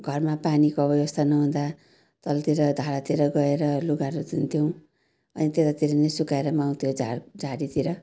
घरमा पानीको अब व्यवस्था नहुँदा तलतिर धारातिर गएर लुगाहरू धुन्थ्यौँ अनि त्यतातिर नै सुकाएर म त्यो झार् झाडीतिर